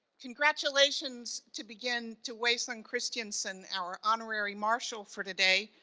congratulations to begin to wei sun christianson, our honorary marshal for today.